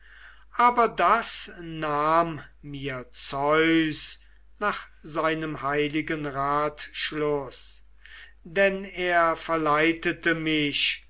aber das nahm mir zeus nach seinem heiligen ratschluß denn er verleitete mich